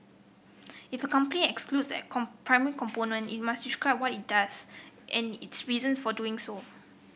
if a company excludes at component component it must describe what it does and its reasons for doing so